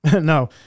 No